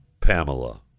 Pamela